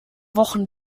wochen